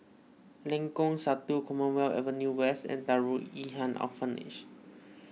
Lengkong Satu Commonwealth Avenue West and Darul Ihsan Orphanage